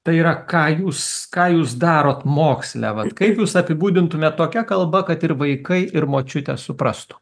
tai yra ką jūs ką jūs darot moksle vat kaip jūs apibūdintumėt tokia kalba kad ir vaikai ir močiutė suprastų